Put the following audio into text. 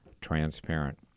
transparent